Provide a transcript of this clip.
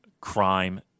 crime